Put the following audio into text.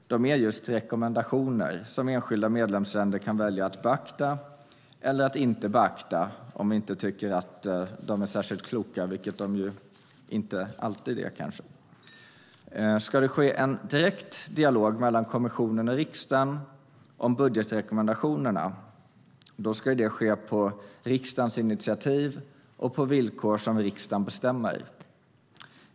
De är just rekommendationer som enskilda medlemsländer kan välja att beakta eller inte beakta om man inte tycker att de är särskilt kloka, vilket de kanske inte alltid är. Ska det ske en direkt dialog mellan kommissionen och riksdagen om budgetrekommendationerna ska det ske på riksdagens initiativ och på villkor som riksdagen bestämmer.